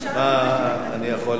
מה אני יכול לעזור?